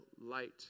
light